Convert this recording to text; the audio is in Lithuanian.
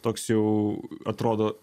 toks jau atrodo